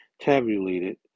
tabulated